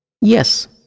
Yes